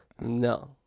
no